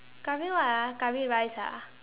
Curry what ah Curry rice ah